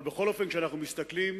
אבל כשאנחנו מסתכלים